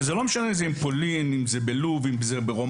ולא משנה אם זאת פולין או לוב או רומניה,